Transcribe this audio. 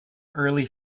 early